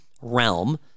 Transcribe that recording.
realm